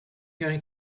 going